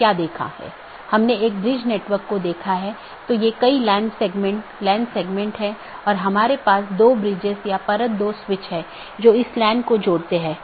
इसलिए EBGP साथियों के मामले में जब हमने कुछ स्लाइड पहले चर्चा की थी कि यह आम तौर पर एक सीधे जुड़े नेटवर्क को साझा करता है